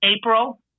April